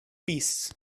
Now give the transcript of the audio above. beasts